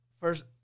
First